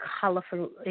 colorful